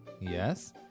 Yes